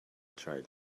tried